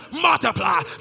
multiply